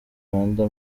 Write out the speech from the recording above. rwanda